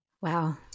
Wow